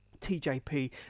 TJP